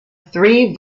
three